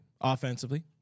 offensively